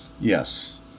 Yes